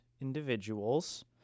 individuals